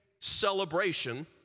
celebration